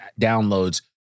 downloads